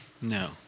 No